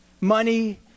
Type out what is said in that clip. Money